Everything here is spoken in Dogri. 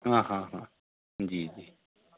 हां हां हां जी जी